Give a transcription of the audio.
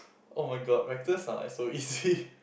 oh-my-god vectors are like so easy